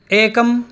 एकम्